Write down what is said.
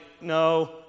no